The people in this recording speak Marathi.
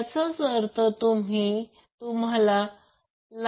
याचा अर्थ तुम्हाला लाईन व्होल्टेज मिळेल